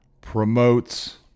promotes